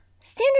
standard